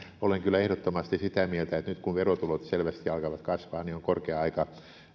olen kyllä ehdottomasti sitä mieltä että nyt kun verotulot selvästi alkavat kasvaa on korkea aika